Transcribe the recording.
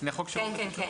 כן.